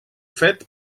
fet